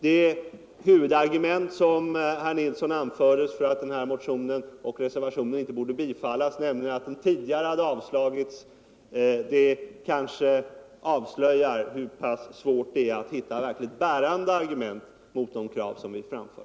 Det huvudargument som herr Nilsson anförde för att motionen och reservationen inte borde bifallas, nämligen att en liknande motion tidigare hade avslagits, kanske avslöjar hur pass svårt det är att hitta verkliga bärande argument mot de krav som vi framför.